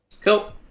Cool